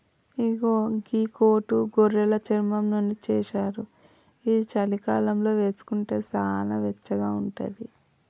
ఇగో గీ కోటు గొర్రెలు చర్మం నుండి చేశారు ఇది చలికాలంలో వేసుకుంటే సానా వెచ్చగా ఉంటది